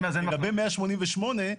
לגבי 188,